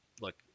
look